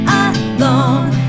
alone